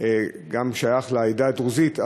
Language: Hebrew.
גם שייך לעדה הדרוזית,